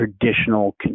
traditional